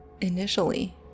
Initially